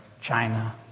China